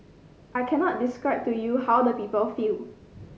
I cannot describe to you how the people feel